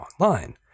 online